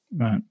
Right